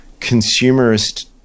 consumerist